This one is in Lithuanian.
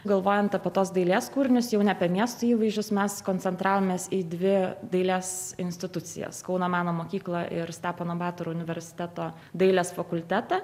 galvojant apie tuos dailės kūrinius jau ne apie miestų įvaizdžius mes koncentravomės į dvi dailės institucijas kauno meno mokyklą ir stepono batoro universiteto dailės fakultetą